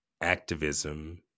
activism